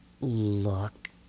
Look